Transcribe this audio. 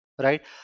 right